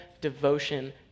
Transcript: devotion